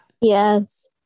yes